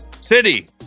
city